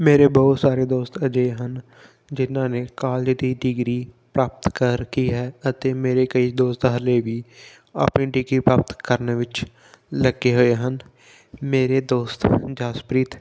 ਮੇਰੇ ਬਹੁਤ ਸਾਰੇ ਦੋਸਤ ਅਜਿਹੇ ਹਨ ਜਿਹਨਾਂ ਨੇ ਕਾਲਜ ਦੀ ਡਿਗਰੀ ਪ੍ਰਾਪਤ ਕਰ ਰੱਖੀ ਹੈ ਅਤੇ ਮੇਰੇ ਕਈ ਦੋਸਤ ਹਾਲੇ ਵੀ ਆਪਣੀ ਡਿਗਰੀ ਪ੍ਰਾਪਤ ਕਰਨ ਵਿਚ ਲੱਗੇ ਹੋਏ ਹਨ ਮੇਰੇ ਦੋਸਤ ਜਸਪ੍ਰੀਤ